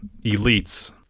elites